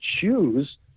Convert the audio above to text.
choose